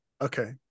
Okay